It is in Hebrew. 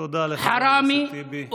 תודה לחבר הכנסת טיבי.